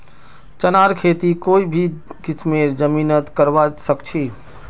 चनार खेती कोई भी किस्मेर जमीनत करवा सखछी